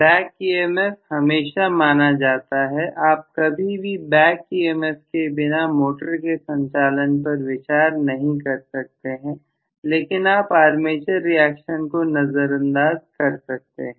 back EMF हमेशा माना जाता है आप कभी भी बैक ईएमएफ के बिना मोटर के संचालन पर विचार नहीं कर सकते हैं लेकिन आप आर्मेचर रिएक्शन को नजरअंदाज कर सकते हैं